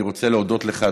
ואני רוצה להודות לך,